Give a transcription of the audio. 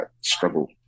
struggle